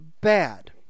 bad